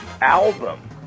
album